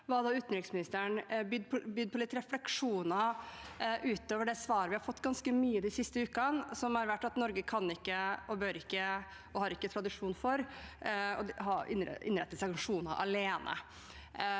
var da utenriksministeren bød på litt refleksjoner utover det svaret vi har fått ganske ofte de siste ukene, som har vært at Norge ikke kan, ikke bør og ikke har tradisjon for å innrette sanksjoner alene.